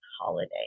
holiday